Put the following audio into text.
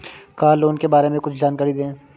Car loan के बारे में कुछ जानकारी दें?